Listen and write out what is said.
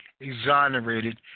exonerated